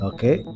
Okay